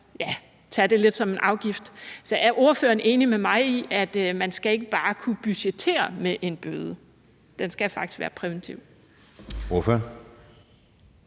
ja, tage det lidt som en afgift. Så er ordføreren enig med mig i, at man ikke bare skal kunne budgettere med en bøde, men at den faktisk skal virke præventivt? Kl.